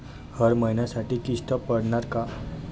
हर महिन्यासाठी किस्त पडनार का?